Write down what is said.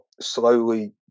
slowly